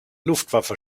luftwaffe